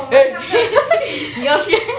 y'all three